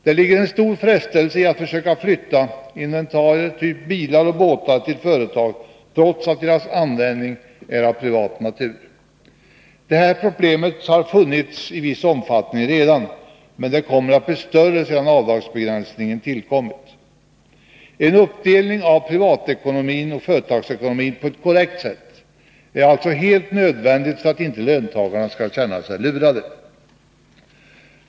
Det ligger en stor frestelse i att försöka flytta inventarier av typ bilar och båtar till företag, trots att deras användning är av privat natur. Det här problemet har redan tidigare funnits i viss omfattning, men det kommer att bli större sedan avdragsbegränsningen har tillkommit. En uppdelning av privatekonomin och företagsekonomin på ett korrekt sätt är alltså helt nödvändig för att inte löntagarna skall känna sig lurade.